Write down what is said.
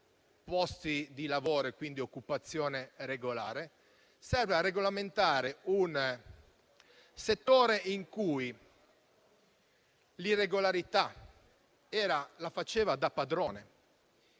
posti di lavoro e quindi occupazione regolare; serve a regolamentare un settore in cui l'irregolarità la faceva da padrone,